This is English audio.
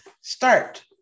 start